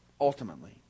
ultimately